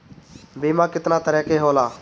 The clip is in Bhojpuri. बीमा केतना तरह के होला?